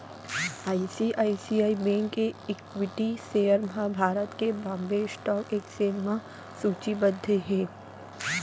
ICICI bank के equity share ह भारत के बांबे स्टॉक एक्सचेंज म सूचीबद्ध हे